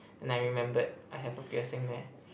then I remembered I have a piercing there